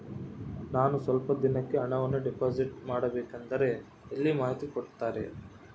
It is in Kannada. ನಾನು ಸ್ವಲ್ಪ ದಿನಕ್ಕೆ ಹಣವನ್ನು ಡಿಪಾಸಿಟ್ ಮಾಡಬೇಕಂದ್ರೆ ಎಲ್ಲಿ ಮಾಹಿತಿ ಕೊಡ್ತಾರೆ?